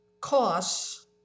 costs